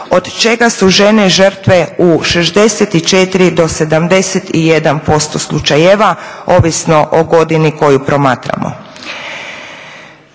od čega su žene žrtve u 64 do 71% slučajeva ovisno o godini koju promatramo.